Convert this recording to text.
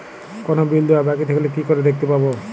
কোনো বিল দেওয়া বাকী থাকলে কি করে দেখতে পাবো?